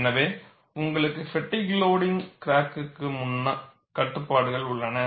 எனவே உங்களுக்கு ஃப்பெட்டிக் கிராக்கிங்குக்கு முன் கட்டுப்பாடுகள் உள்ளன